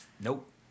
Nope